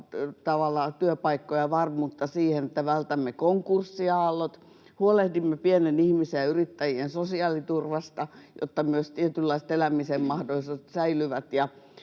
työpaikkoja ja varmuutta siihen, että vältämme konkurssiaallot. Huolehdimme pienen ihmisen ja yrittäjien sosiaaliturvasta, jotta myös tietynlaiset elämisen mahdollisuudet säilyvät,